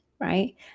right